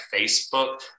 Facebook